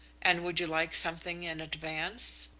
and would you like something in advance?